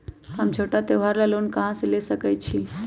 हम छोटा त्योहार ला लोन कहां से ले सकई छी?